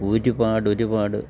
ഒരുപാടൊരുപാട്